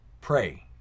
Pray